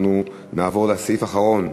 אנחנו נעבור לסעיף האחרון,